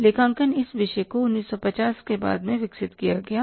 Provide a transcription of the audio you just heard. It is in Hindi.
लेखांकन इस विषय को 1950 के बाद विकसित किया गया है